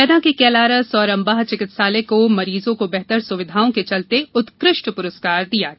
मुरैना के कैलारस व अंबाह चिकित्सालय को मरीजों को बेहतर सुविधाएं के चलते उत्कृष्ट पुरूस्कार दिया गया